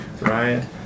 Ryan